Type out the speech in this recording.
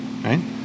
right